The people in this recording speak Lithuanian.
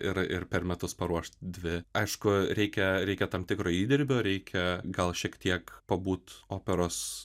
ir ir per metus paruošt dvi aišku reikia reikia tam tikro įdirbio reikia gal šiek tiek pabūt operos